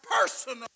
personal